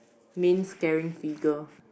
main scaring figure